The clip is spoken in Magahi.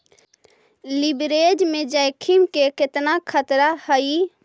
लिवरेज में जोखिम के केतना खतरा हइ?